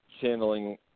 channeling